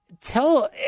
tell